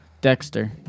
Dexter